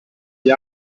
gli